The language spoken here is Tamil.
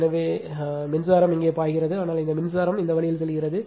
எனவே மின்சாரம் இங்கே பாய்கிறது ஆனால் இந்த மின்சாரம் இந்த வழியில் செல்கிறது